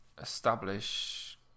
establish